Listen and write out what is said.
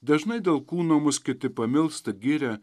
dažnai dėl kūno mus kiti pamilsta giria